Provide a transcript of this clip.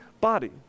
body